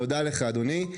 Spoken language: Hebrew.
תודה לך אדוני.